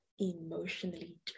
emotionally